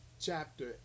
chapter